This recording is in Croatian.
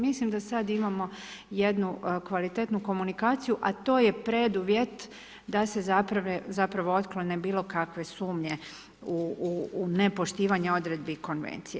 Mislim da sada imamo jednu kvalitetnu komunikaciju a to je preduvjet da se zapravo otklone bilo kakve sumnje u nepoštivanje odredbi konvencije.